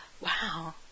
wow